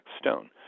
stone